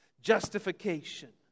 justification